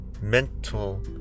mental